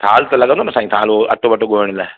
थाल लॻंदो न साई थाल वो अटो वटो गोहण लाइ